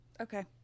Okay